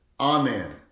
Amen